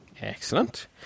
Excellent